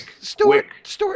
Stewart